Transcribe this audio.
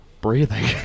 breathing